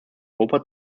europa